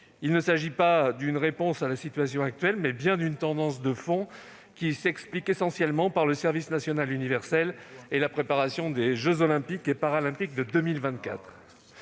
Il s'agit non pas d'une réponse à la situation actuelle, mais bien d'une tendance de fond, qui s'explique essentiellement par le service national universel (SNU) et la préparation des jeux Olympiques et Paralympiques de 2024.